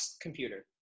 computer